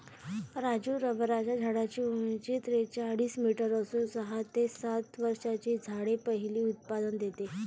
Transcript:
राजू रबराच्या झाडाची उंची त्रेचाळीस मीटर असून सहा ते सात वर्षांनी झाड पहिले उत्पादन देते